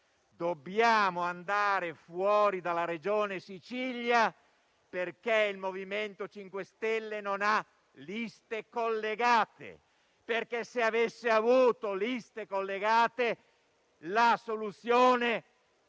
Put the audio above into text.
dobbiamo andare fuori dalla Regione Sicilia perché il MoVimento 5 Stelle non ha liste collegate. Perché se avesse avuto liste collegate, la soluzione più